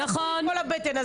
חסמו את כל הבטן,